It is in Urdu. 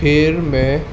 پھیھر میں